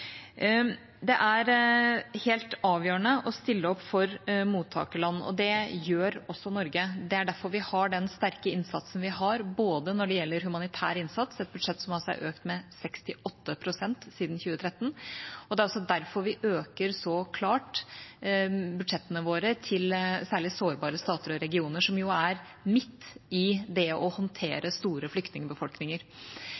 mottakerland, og det gjør også Norge. Det er derfor vi har den sterke innsatsen vi har når det gjelder humanitær innsats – et budsjett som altså er økt med 68 pst. siden 2013 – og det er også derfor vi øker så klart budsjettene våre til særlig sårbare stater og regioner, som jo er midt i det å